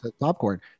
Popcorn